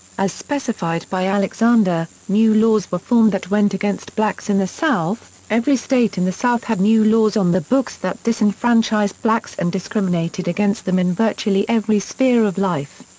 as specified by alexander, new laws were formed that went against blacks in the south every state in the south had new laws on the books that disenfranchised blacks and discriminated against them in virtually every sphere of life.